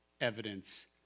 evidence